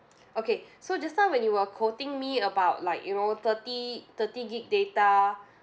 okay so just now when you were quoting me about like you know thirty thirty gig data